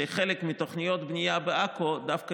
זה שחלק מתוכניות הבנייה בעכו דווקא